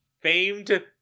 famed